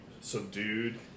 subdued